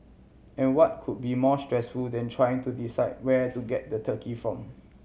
and what could be more stressful than trying to decide where to get the turkey from